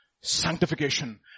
sanctification